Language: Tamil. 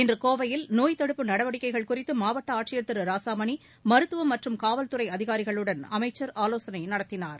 இன்றகோவையில் நோய் தடுப்பு நடவடிக்கைகள் குறித்தமாவட்டஆட்சியர் திருராளமணி மருத்துவம் மற்றம் காவல்துறைஅதிகாரிகளுடன் அமைச்சர் ஆலோசனைநடத்தினார்